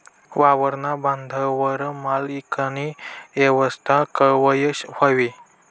वावरना बांधवर माल ईकानी येवस्था कवय व्हयी?